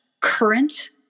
current